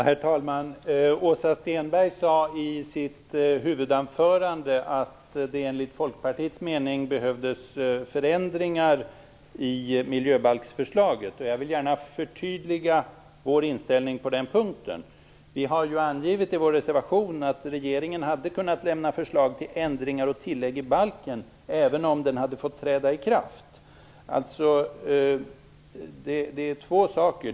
Herr talman! Åsa Stenberg sade i sitt huvudanförande att det enligt Folkpartiets mening behövdes förändringar i miljöbalksförslaget. Jag vill gärna förtydliga vår inställning på den punkten. Vi har i vår reservation angivit att regeringen hade kunnat lämna förslag till ändringar och tillägg i balken även om den hade fått träda i kraft. Det rör sig alltså om två saker.